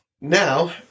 now